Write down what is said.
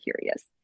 curious